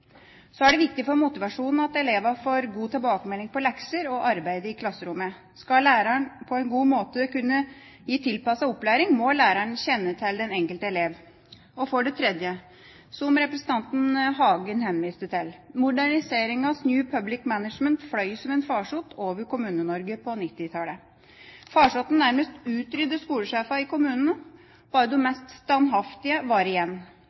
Så er det viktig for motivasjonen at elevene får god tilbakemelding på lekser og arbeidet i klasserommet. Skal læreren på en god måte kunne gi tilpasset opplæring, må læreren kjenne til den enkelte elev. Som representanten Hagen henviste til: Moderniseringens New Public Management fløy som en farsott over Kommune-Norge på 1990-tallet. Farsotten nærmest utryddet skolesjefene i kommunene. Bare de mest standhaftige var igjen.